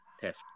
theft